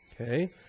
okay